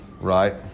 Right